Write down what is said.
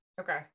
okay